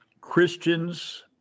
Christians